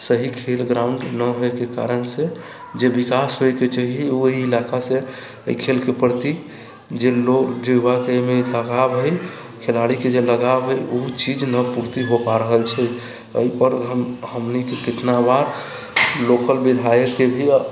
सही खेल ग्राउंड नहि होयके कारण से जे विकास होयके चाहियै ओहि इलाका से एहि खेलके प्रति जे लोग युवाके एहिमे लगाव हइ खेलाड़ीके जे लगाव हइ ओ चीज नहि पूर्ति हो पा रहल छै एहि पर हमनीके कितना बार लोकल विधायकके भी